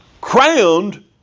crowned